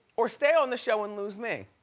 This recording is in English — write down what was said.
or stay on the show and lose me.